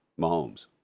Mahomes